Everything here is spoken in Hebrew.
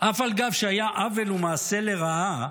"אף על גב שהיה עוול ומעשה לרעה,